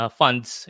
funds